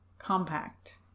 Compact